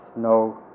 no